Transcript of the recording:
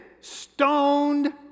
stoned